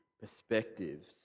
perspectives